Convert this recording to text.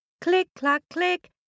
Click-clack-click